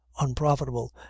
unprofitable